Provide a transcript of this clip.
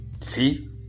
see